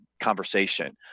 conversation